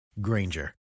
Granger